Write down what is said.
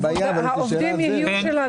העובדים יהיו של הדואר?